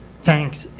thanks.